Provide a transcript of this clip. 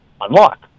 unlock